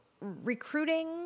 recruiting